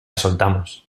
soltamos